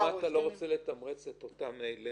--- מה ששואלים זה למה אתה לא רוצה לתמרץ את אותם אלה